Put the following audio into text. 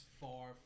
far